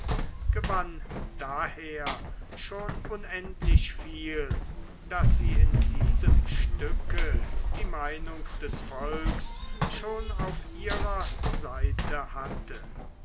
gewann daher schon unendlich viel daß sie in diesem stücke die meinung des volks schon auf ihrer seite hatte